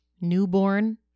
newborn